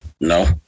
No